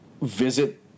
visit